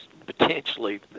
potentially